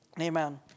Amen